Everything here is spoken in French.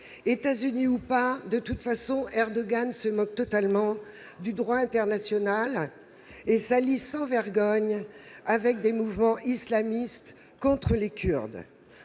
États-Unis ou pas, de toute façon, Erdogan se moque totalement du droit international et s'allie sans vergogne avec des mouvements islamistes contre les Kurdes.